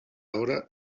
hora